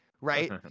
Right